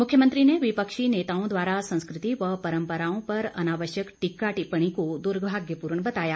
मुख्यमंत्री ने विपक्षी नेताओं द्वारा संस्कृति व परम्पराओं पर अनावश्यक टीका टिप्पणी को दुर्भाग्यपूर्ण बताया